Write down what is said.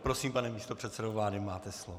Prosím, pane místopředsedo vlády, máte slovo.